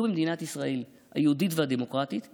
במדינת ישראל היהודית והדמוקרטית והליברלית,